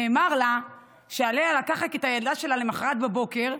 נאמר לה שעליה לקחת את הילדה שלה למוחרת בבוקר,